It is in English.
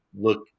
look